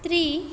three